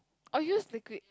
or use the grid